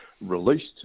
released